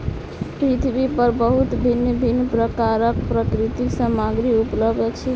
पृथ्वी पर बहुत भिन्न भिन्न प्रकारक प्राकृतिक सामग्री उपलब्ध अछि